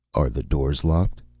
are the doors locked?